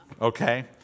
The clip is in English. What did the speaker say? Okay